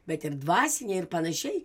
bet ir dvasiniai ir panašiai